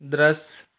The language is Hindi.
दृश्य